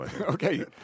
Okay